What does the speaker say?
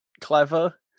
clever